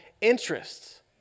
interests